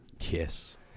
Yes